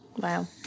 Wow